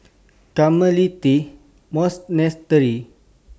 Carmelite Monastery